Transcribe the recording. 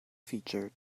feature